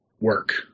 work